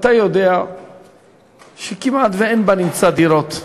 אתה יודע שכמעט שאין בנמצא דירות,